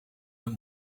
het